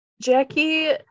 Jackie